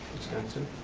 wisconsin.